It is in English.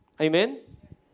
Amen